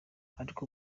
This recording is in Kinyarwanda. ariko